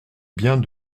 biens